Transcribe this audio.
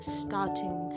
starting